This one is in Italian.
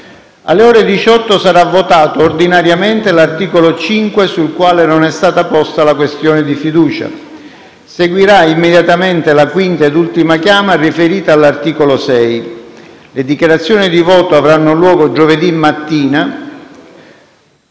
Alle ore 18 sarà votato ordinariamente l'articolo 5, sul quale non è stata posta la questione di fiducia. Seguirà immediatamente la quinta ed ultima chiama, riferita all'articolo 6. Le dichiarazioni di voto avranno luogo giovedì mattina,